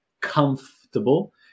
comfortable